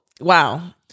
wow